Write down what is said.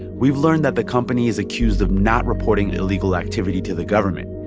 we've learned that the company is accused of not reporting illegal activity to the government,